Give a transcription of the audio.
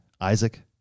Isaac